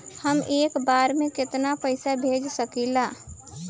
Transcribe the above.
हम एक बार में केतना पैसा भेज सकिला?